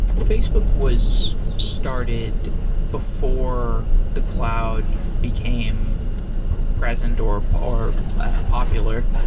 facebook was started before the cloud became present or or popular.